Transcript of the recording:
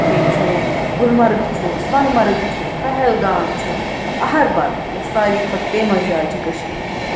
بیٚیہِ چھُو گلمرگ چھُو سۄنہٕ مرگ چھُو پہلگام چھُ اہربل یۄس ساروے کھۄتہٕ فیمس جاے چھِ کشیٖرِ ہنٛز